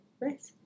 Right